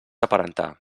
aparentar